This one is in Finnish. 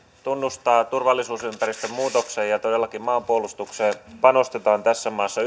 tunnustaa turvallisuusympäristön muutoksen ja todellakin maanpuolustukseen panostetaan tässä maassa